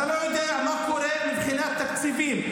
אתה לא יודע מה קורה מבחינת תקציבים.